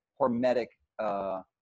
hormetic